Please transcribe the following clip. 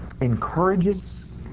encourages